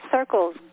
circles